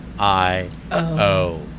I-O